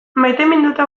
maiteminduta